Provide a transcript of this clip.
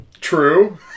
true